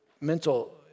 mental